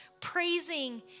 praising